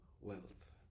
wealth